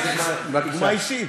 זאת דוגמה אישית.